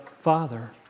Father